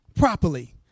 properly